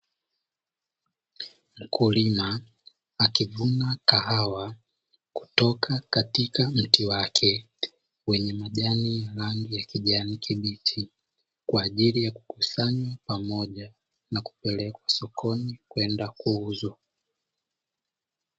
Mkulima akivuna kahawa kutoka katika mti wake wenye majani na rangi ya kijani kibichi kwa ajili ya kukusanywa pamoja na kupelekwa sokoni kwenda kuuzwa.